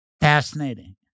Fascinating